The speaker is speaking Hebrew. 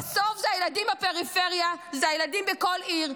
בסוף אלה הילדים בפריפריה, זה הילדים בכל עיר.